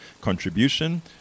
contribution